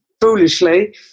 foolishly